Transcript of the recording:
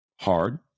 hard